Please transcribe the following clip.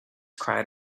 cried